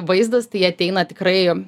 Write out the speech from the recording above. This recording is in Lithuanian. vaizdas tai ateina tikrai